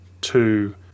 two